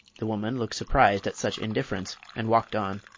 the woman looked surprised at such indifference and walked on.